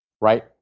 right